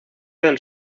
del